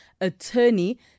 attorney